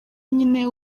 nyine